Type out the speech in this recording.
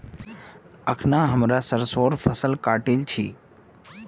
अखना हमरा सरसोंर फसल काटील छि